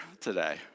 today